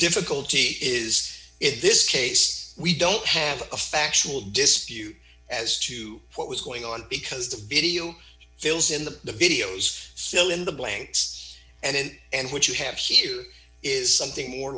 difficulty is if this case we don't have a factual dispute as to what was going on because the video fills in the videos still in the blanks and what you have here is something more